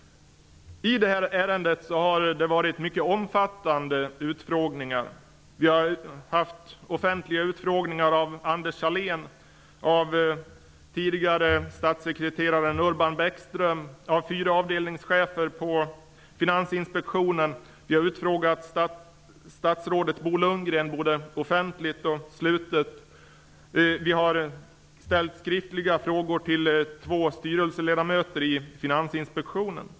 I det här ärendet har det förekommit mycket omfattande utfrågningar. Vi har haft offentliga utfrågningar av Anders Sahlén, av tidigare statssekreteraren Urban Bäckström och av fyra avdelningschefer på Finansinspektionen, vi har utfrågat statsrådet Bo Lundgren både offentligt och slutet, och vi har ställt skriftliga frågor till två styrelseledamöter i Finansinspektionen.